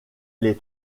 les